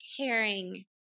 tearing